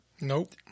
Nope